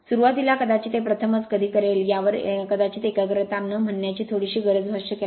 सुरुवातीला कदाचित हे प्रथमच कधी करेल यावर कदाचित एकाग्रता न म्हणण्याची थोडीशी गरज भासू शकेल